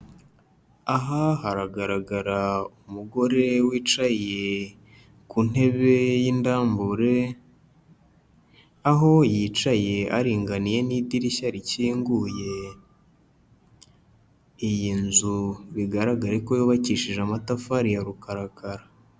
Aha haragaragara umugore wicaye ku ntebe y'indambure, aho yicaye aringaniye n'idirishya rikinguye. Iyi nzu bigaragare ko yubakishije amatafari ya rukarakara.